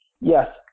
Yes